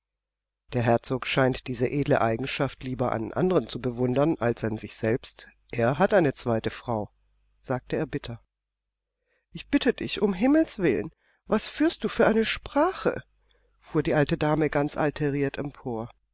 der herzog scheint diese edle eigenschaft lieber an anderen zu bewundern als an sich selbst er hat eine zweite frau sagte er bitter ich bitte dich ums himmelswillen was führst du für eine sprache fuhr die alte dame ganz alteriert empor